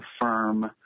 firm